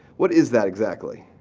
what is that exactly?